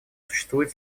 существует